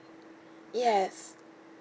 yes